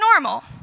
normal